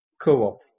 co-op